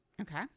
Okay